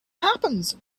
happens